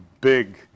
big